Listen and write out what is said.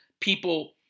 people